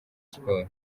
siporo